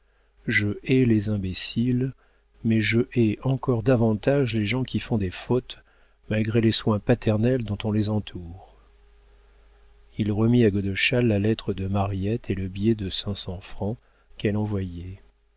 je hais les imbéciles mais je hais encore davantage les gens qui font des fautes malgré les soins paternels dont on les entoure il remit à godeschal la lettre de mariette et le billet de cinq cents francs qu'elle